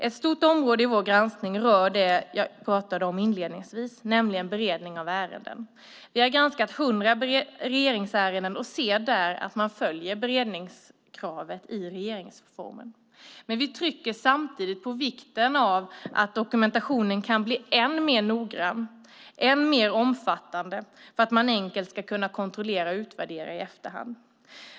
Ett stort område i vår granskning rör det jag pratade om inledningsvis, nämligen beredning av ärenden. Vi har granskat 100 regeringsärenden och ser där att man följer beredningskravet i regeringsformen. Men vi trycker samtidigt på vikten av att dokumentationen kan bli än mer noggrann och än mer omfattande för att man enkelt ska kunna kontrollera och utvärdera i efterhand.